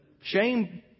Shame